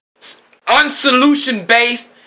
unsolution-based